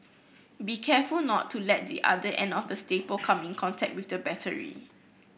be careful not to let the other end of the staple come in contact with the battery